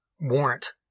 Warrant